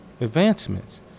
advancements